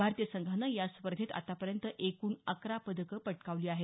भारतीय संघानं या स्पर्धेत आतापर्यंत एकूण अकरा पदकं पटकावली आहेत